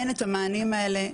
אין את המענים האלה,